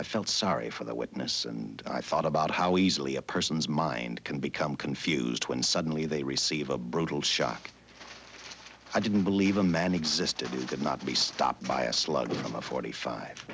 i felt sorry for the witness and i thought about how easily a person's mind can become confused when suddenly they receive a brutal shock i didn't believe a man existed he did not to be stopped by a slug from a forty five